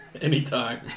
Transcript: Anytime